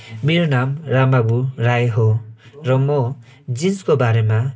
मेरो नाम रामबाबु राई हो र म जिन्सको बारेमा